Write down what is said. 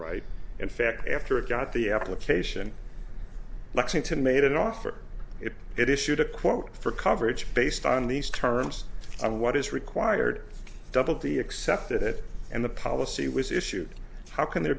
right in fact after it got the application lexington made an offer if it is shoot a quote for coverage based on these terms and what is required double the accepted it and the policy was issued how can there